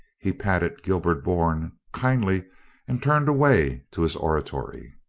he patted gilbert bourne kindly and turned away to his oratory.